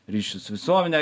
ryšį su visuomene